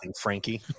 Frankie